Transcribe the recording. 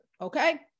Okay